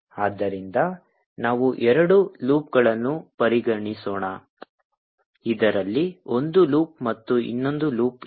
ಆದ್ದರಿಂದ ನಾವು ಎರಡು ಲೂಪ್ಗಳನ್ನು ಪರಿಗಣಿಸೋಣ ಇದರಲ್ಲಿ ಒಂದು ಲೂಪ್ ಮತ್ತು ಇನ್ನೊಂದು ಲೂಪ್ ಇಲ್ಲಿ